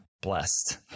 blessed